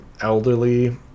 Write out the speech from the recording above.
elderly